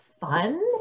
fun